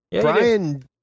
brian